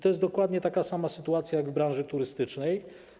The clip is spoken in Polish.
To jest dokładnie taka sama sytuacja jak w przypadku branży turystycznej.